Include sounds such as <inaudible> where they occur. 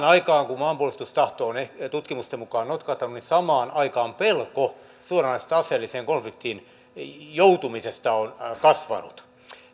<unintelligible> aikaan kun maanpuolustustahto on tutkimusten mukaan notkahtanut pelko suoranaisesta aseelliseen konfliktiin joutumisesta on kasvanut